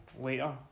later